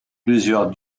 plusieurs